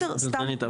דגנית,